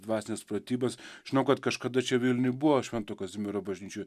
dvasines pratybas žinau kad kažkada čia vilniuj buvo švento kazimiero bažnyčioj